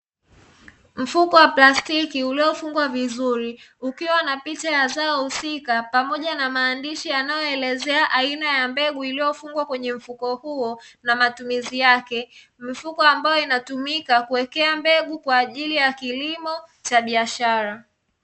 Mfuko wa plastiki uliofungwa vizuri ukiwa na picha ya zao husika pamoja na maandishi yanayoelezea aina ya mbegu iliyofungwa kwenye mfuko huo na matumizi yake, mfuko ambao unatumika kuwekea mbegu kwa ajili ya kilimo cha biashara.